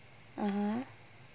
(uh huh)